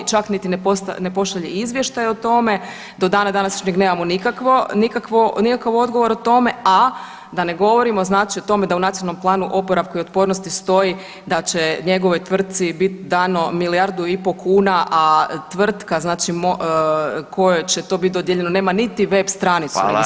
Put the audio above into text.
Čak niti ne pošalje izvještaj o tome, do dana današnjeg nemamo nikakav odgovor o tome, a da ne govorimo znači o tome da u Nacionalnom planu oporavka i otpornosti stoji da će njegovoj tvrtci biti dano milijardu i pol kuna, a tvrtka znači kojoj će to biti dodijeljeno nema niti web stranicu registriranu.